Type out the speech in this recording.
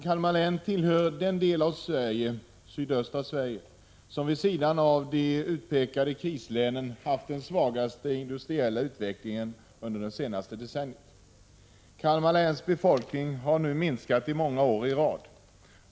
Kalmar län tillhör den del av landet, sydöstra Sverige, som vid sidan av de utpekade krislänen haft den svagaste industriella utvecklingen under det senaste decenniet. Kalmar läns befolkning har nu minskat många år i rad.